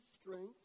strength